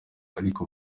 ariko